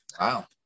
Wow